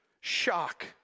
shock